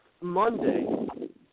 Monday